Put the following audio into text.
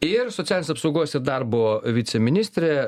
ir socialinės apsaugos ir darbo viceministrė